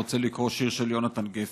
אני רוצה לקרוא שיר של יהונתן גפן.